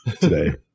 today